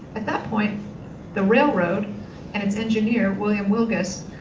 at that point the railroad and its engineer william wilgus.